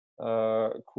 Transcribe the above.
cool